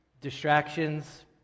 distractions